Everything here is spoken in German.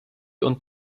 und